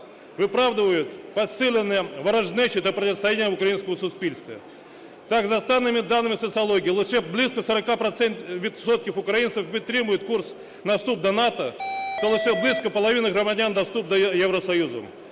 виправдовують посилення ворожнечі та протистояння в українському суспільстві. Так, за останніми даними соціології, лише близько 40 відсотків українців підтримують курс на вступ до НАТО та лише близько половини громадян – вступ до Євросоюзу.